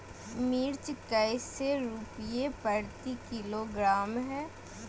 मिर्च कैसे रुपए प्रति किलोग्राम है?